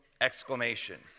exclamation